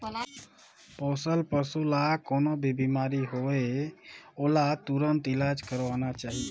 पोसल पसु ल कोनों भी बेमारी होये ओला तुरत इलाज करवाना चाही